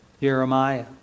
Jeremiah